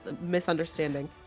misunderstanding